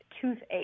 toothache